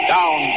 Down